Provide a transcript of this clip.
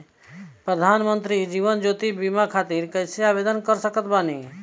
प्रधानमंत्री जीवन ज्योति बीमा योजना खातिर कैसे आवेदन कर सकत बानी?